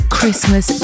Christmas